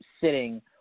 sitting